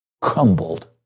crumbled